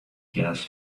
gas